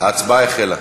ההצבעה החלה.